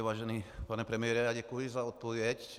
Vážený pane premiére, děkuji za odpověď.